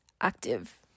active